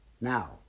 now